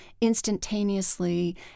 instantaneously